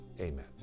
amen